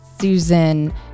Susan